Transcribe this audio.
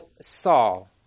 Saul